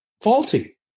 faulty